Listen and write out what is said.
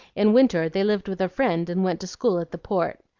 in winter they lived with a friend and went to school at the port.